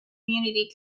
community